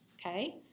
okay